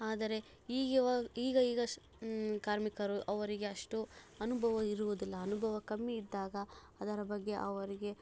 ಆದರೆ ಈಗ ಈಗ ಈಗ ಕಾರ್ಮಿಕರು ಅವರಿಗೆ ಅಷ್ಟು ಅನುಭವ ಇರುವುದಿಲ್ಲ ಅನುಭವ ಕಮ್ಮಿ ಇದ್ದಾಗ ಅದರ ಬಗ್ಗೆ ಅವರಿಗೆ